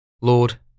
Lord